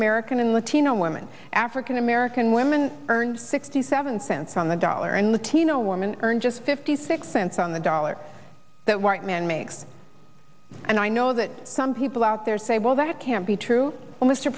american and latino women african american women earned sixty seven cents on the dollar and latino woman earn just fifty six cents on the dollar that white man makes and i know that some people out there say well that can't be true